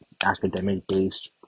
academic-based